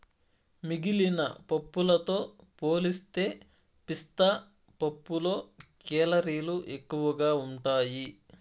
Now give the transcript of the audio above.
మిగిలిన పప్పులతో పోలిస్తే పిస్తా పప్పులో కేలరీలు ఎక్కువగా ఉంటాయి